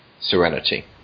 Serenity